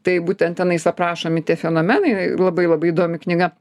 tai būtent tenais aprašomi tie fenomenai labai labai įdomi knyga